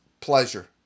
pleasure